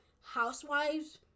housewives